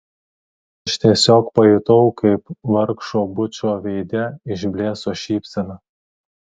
aš tiesiog pajutau kaip vargšo bučo veide išblėso šypsena